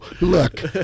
look